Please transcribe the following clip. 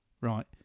right